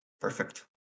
perfect